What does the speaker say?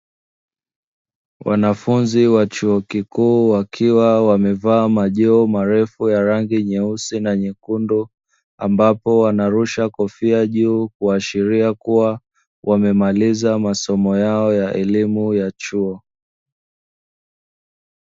Wanafunzi wa chuo kikuu wakiwa wamevaa majiho marefu ya rangi nyeusi na nyekundu, ambapo wanarusha kofia juu kuashiria kuwa wamemaliza masomo yao ya elimu ya chuo.